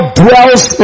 dwells